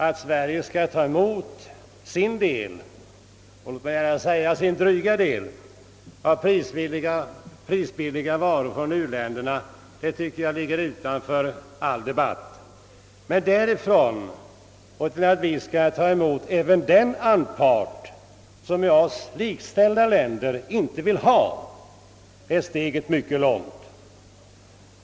Att Sverige skall ta emot sin del — och jag kan gärna säga sin dryga del — av prisbilliga varor från u-länderna tycker jag ligger utanför all debatt. Men därifrån och till att vi skall ta emot även den anpart som med oss likställda länder inte vill ha är steget långt.